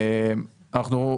אנחנו,